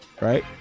right